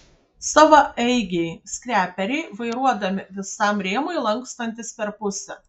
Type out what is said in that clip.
savaeigiai skreperiai vairuojami visam rėmui lankstantis per pusę